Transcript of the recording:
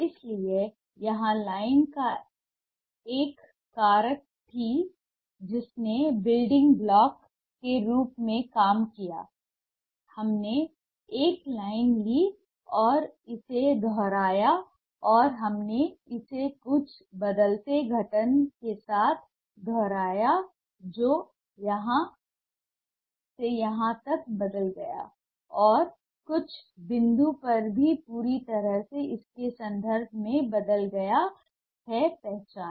इसलिए यहां लाइन एक कारक थी जिसने बिल्डिंग ब्लॉक के रूप में काम किया हमने एक लाइन ली और इसे दोहराया और हमने इसे कुछ बदलते गठन के साथ दोहराया जो यहां से यहां तक बदल गया है और कुछ बिंदु पर यह पूरी तरह से इसके संदर्भ में बदल गया है पहचान